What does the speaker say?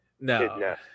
no